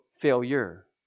failure